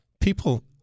people